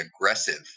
aggressive